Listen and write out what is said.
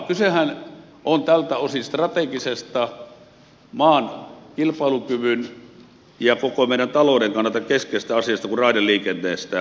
kysehän on tältä osin strategisesta ja maan kilpailukyvyn ja koko meidän talouden kannalta niin keskeisestä asiasta kuin raideliikenteestä